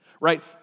right